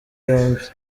yombi